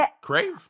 Crave